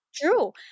true